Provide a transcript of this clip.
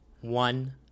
one